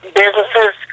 businesses